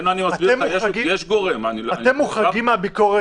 אני מסביר לך שאצלנו יש גורם --- אתם מוחרגים מהביקורת